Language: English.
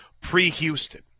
pre-Houston